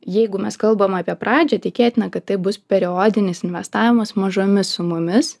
jeigu mes kalbam apie pradžią tikėtina kad tai bus periodinis investavimas mažomis sumomis